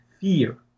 fear